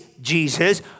Jesus